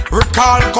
recall